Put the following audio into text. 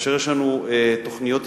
כאשר יש לנו תוכניות התערבות,